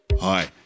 Hi